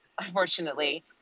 unfortunately